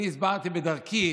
אני הסברתי בדרכי